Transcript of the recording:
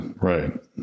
Right